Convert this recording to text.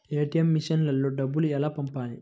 ATM మెషిన్లో డబ్బులు ఎలా పంపాలి?